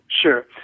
Sure